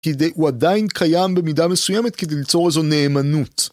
כדי הוא עדיין קיים במידה מסוימת כדי ליצור איזו נאמנות.